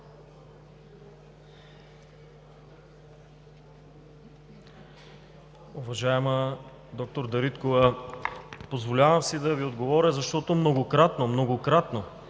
Уважаема доктор Дариткова, позволявам си да Ви отговоря, защото многократно – многократно!